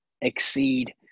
exceed